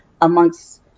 amongst